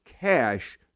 cash